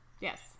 Yes